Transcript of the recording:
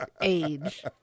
age